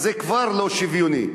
זה כבר לא שוויוני.